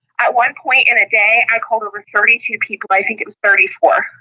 at one point in a day i called over thirty two people. i think it was thirty four,